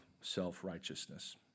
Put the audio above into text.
self-righteousness